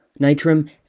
Nitram